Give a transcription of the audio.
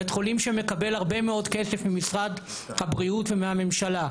בית חולים שמקבל הרבה מאוד כסף ממשרד הבריאות ומהממשלה,